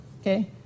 okay